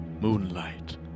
Moonlight